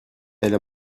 elle